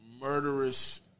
murderous